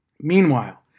Meanwhile